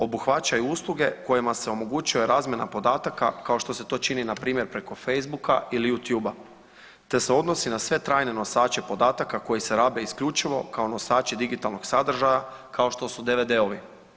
Obuhvaća i usluge kojima se omogućuje razmjena podatka kao što se to čini npr. preko Facebooka ili Youtube te se odnosi na sve trajne nosače podataka koji se rabe isključivo kao nosači digitalnog sadržaja kao što su DVD-ovi.